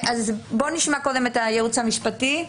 נשמע קודם את הייעוץ המשפטי.